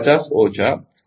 5 નાં છેદમાં 10 થશે